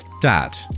dad